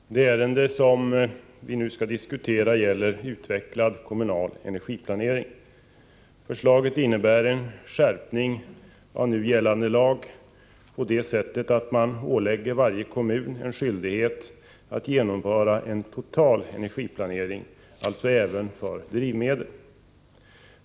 Fru talman! Det ärende som vi nu skall diskutera gäller utvecklad kommunal energiplanering. Förslaget innebär en skärpning av nu gällande lag på det sättet att man ålägger varje kommun en skyldighet att genomföra en total energiplanering, alltså även för drivmedel.